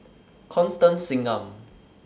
Constance Singam